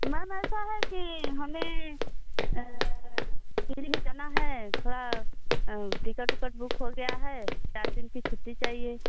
ma'am ऐसा है कि हमें उतरना है थोड़ा टिकट उकट बुक हो गया है चार दिन की छुट्टी चाहिए